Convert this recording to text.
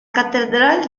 catedral